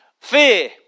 fear